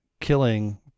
killing